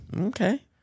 Okay